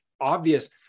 obvious